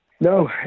No